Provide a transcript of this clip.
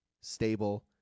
stable